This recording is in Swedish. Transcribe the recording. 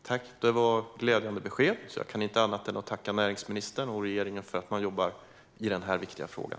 Fru talman! Det var glädjande besked, så jag kan inte annat än tacka näringsministern och regeringen för att man jobbar på den här viktiga frågan.